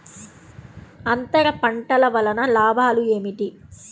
అంతర పంటల వలన లాభాలు ఏమిటి?